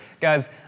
Guys